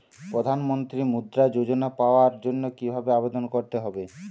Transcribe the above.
প্রধান মন্ত্রী মুদ্রা যোজনা পাওয়ার জন্য কিভাবে আবেদন করতে হবে?